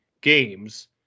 games